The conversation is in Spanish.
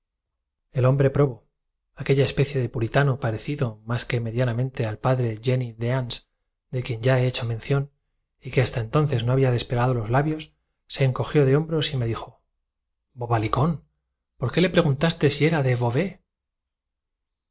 el hombre probo aquella especie de puritano parecido más que medianamente al padre de jenny deans de quien ya he hecho mención y que hasta entonces no había despegado los labios se encogió de hom chascarrillos y cuentos aragoneses con numerosas bros y me dijo ilustraciones inéditas i